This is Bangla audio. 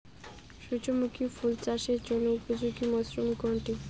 সূর্যমুখী ফুল চাষের জন্য উপযোগী মরসুম কোনটি?